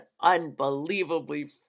unbelievably